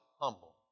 humble